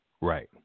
Right